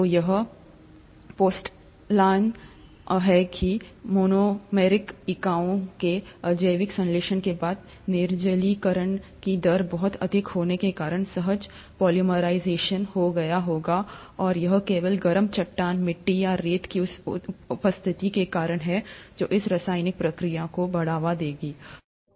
तो यह पोस्टऑनलाइन है कि मोनोमेरिक इकाइयों के अजैविक संश्लेषण के बाद निर्जलीकरण की दर बहुत अधिक होने के कारण सहज पोलीमराइजेशन हो गया होगा और यह केवल गर्म चट्टान मिट्टी या रेत की उपस्थिति के कारण है जो इस रासायनिक प्रतिक्रिया को बढ़ावा देगा